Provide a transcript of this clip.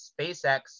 SpaceX